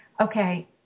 okay